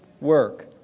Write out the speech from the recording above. work